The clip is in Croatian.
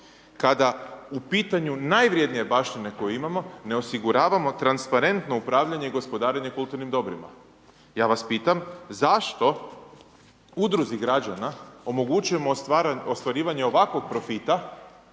kada u pitanju najvrednije baštine koju imamo ne osiguravamo transparentno upravljanje i gospodarenje kulturnim dobrima. Ja vas pitam zašto udruzi građane omogućujemo ostvarivanje ovakvog profita